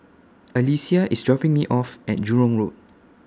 Alycia IS dropping Me off At Jurong Road